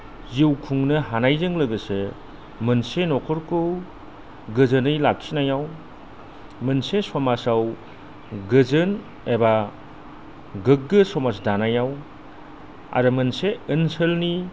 जिउ खुंनो हानायजों लोगोसे मोनसे न'खरखौ गोजोनै लाखिनायाव मोनसे समाजाव गोजोन एबा गोग्गो समाज दानायाव आरो मोनसे ओनसोलनि